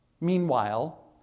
Meanwhile